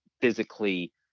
physically